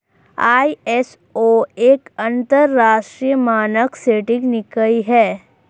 ISO एक अंतरराष्ट्रीय मानक सेटिंग निकाय है